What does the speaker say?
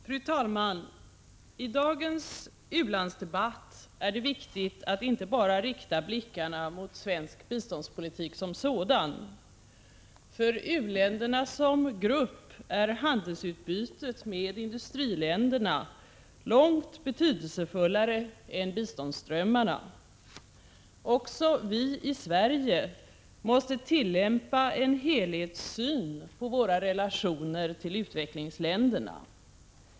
Fru talman! I dagens u-landsdebatt är det viktigt att inte bara rikta blickarna mot svensk biståndspolitik som sådan. För u-länderna som grupp är handelsutbytet med industriländerna långt mer betydelsefullt än biståndsströmmarna. Också vi i Sverige måste tillämpa en helhetssyn på våra relationer till utvecklingsländerna.